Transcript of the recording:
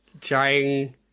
trying